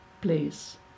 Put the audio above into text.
place